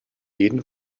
jeden